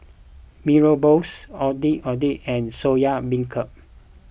Mee Rebus Ondeh Ondeh and Soya Beancurd